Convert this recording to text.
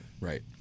Right